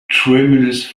tremulous